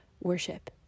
worship